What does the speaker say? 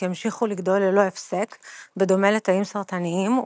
- ימשיכו לגדול ללא הפסק בדומה לתאים סרטניים,